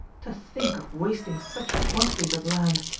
to think of wasting such quantities of land!